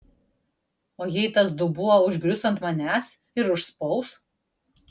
o jei tas dubuo užgrius ant manęs ir užspaus